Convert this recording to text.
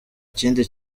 kindi